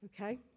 okay